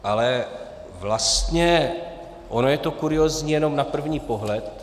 Ale vlastně ono je to kuriózní jenom na první pohled.